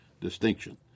distinction